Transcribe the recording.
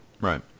right